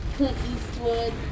Eastwood